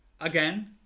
again